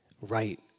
Right